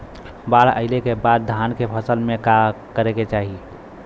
बाढ़ आइले के बाद धान के फसल में का करे के चाही?